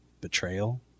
betrayal